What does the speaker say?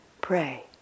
pray